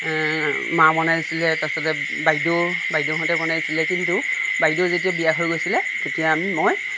মায়ে বনাইছিলে তাৰপিছতে বাইদেউ বাইদেউহঁতে বনাইছিলে কিন্তু বাইদেউ যেতিয়া বিয়া হৈ গৈছিলে তেতিয়া আমি মই